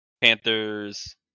panthers